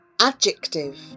Adjective